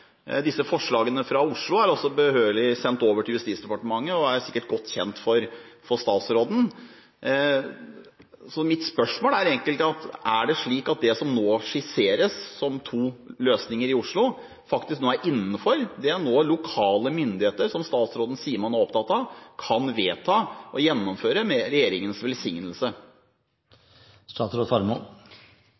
Disse forslagene fra Oslo er også behørig sendt over til Justisdepartementet og er sikkert godt kjent for statsråden. Mitt spørsmål er egentlig: Er det slik at det som nå skisseres som to løsninger i Oslo, faktisk er innenfor det lokale myndigheter, som statsråden sier man er opptatt av, kan vedta å gjennomføre med regjeringens